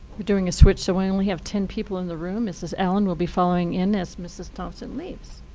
we're doing a switch so i only have ten people in the room. mrs. allen will be following in as mrs. thompson leaves.